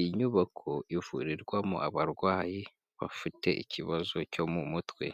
inyubako ivurirwamo abarwayi bafite ikibazo cyo mu mutwe.